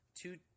Two